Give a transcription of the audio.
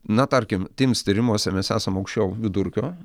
na tarkim tyms tyrimuose mes esam aukščiau vidurkio